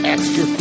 Extra